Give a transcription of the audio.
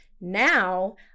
Now